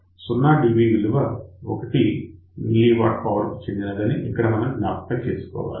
0 dBm విలువ 1 mW power కు చెందినదని ఇక్కడ మనం జ్ఞాపకం చేసుకోవాలి